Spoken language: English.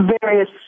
various